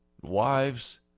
wives